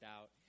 out